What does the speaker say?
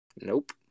Nope